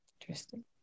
Interesting